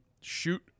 shoot